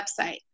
website